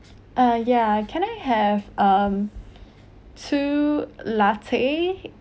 ah yeah can I have um two latte